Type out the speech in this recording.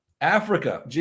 Africa